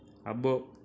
అబ్బో